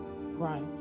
Right